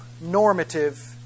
normative